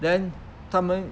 then 他们